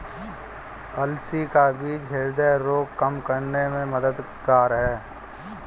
अलसी का बीज ह्रदय रोग कम करने में मददगार है